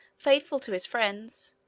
faithful to his friends,